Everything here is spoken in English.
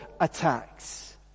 attacks